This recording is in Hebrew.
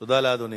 תודה, אדוני.